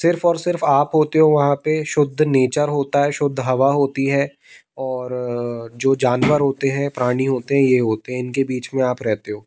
सिर्फ और सिर्फ आप होते हो वहाँ पे शुद्ध नेचर होता है शुद्ध हवा होती है और जो जानवर होते हैं प्राणी होते हैं ये होते हैं इनके बीच में आप होते हो